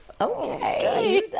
Okay